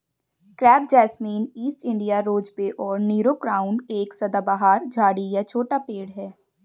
crepe jasmine, east India rosebay और Nero crown एक सदाबहार झाड़ी या छोटा पेड़ है